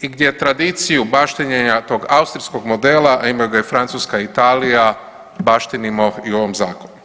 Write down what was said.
i gdje tradiciju baštinjenja tog austrijskog modela, a imaju ga i Francuska i Italija baštinimo i u ovom zakonu.